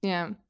yeah,